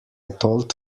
told